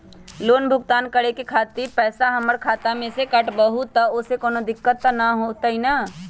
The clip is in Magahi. लोन भुगतान करे के खातिर पैसा हमर खाता में से ही काटबहु त ओसे कौनो दिक्कत त न होई न?